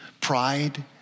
pride